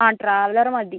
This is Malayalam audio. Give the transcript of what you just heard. ആ ട്രാവലർ മതി